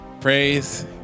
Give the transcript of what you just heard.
Praise